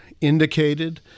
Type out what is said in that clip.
indicated